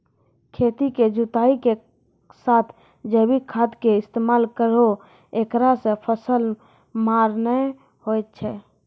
खेतों के जुताई के साथ जैविक खाद के इस्तेमाल करहो ऐकरा से फसल मार नैय होय छै?